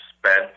Spent